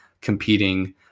competing